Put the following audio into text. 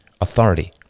authority